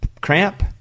cramp